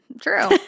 True